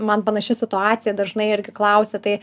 man panaši situacija dažnai irgi klausia tai